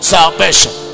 Salvation